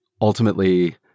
ultimately